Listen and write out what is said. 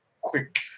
quick